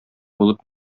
булып